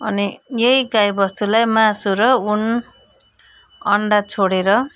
अनि यही गाईबस्तुलाई मासु र उन अन्डा छोडेर